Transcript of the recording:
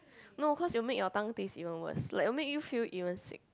no cause you make your tongue this even worse like will make you feel even sick